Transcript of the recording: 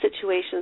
situations